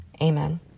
Amen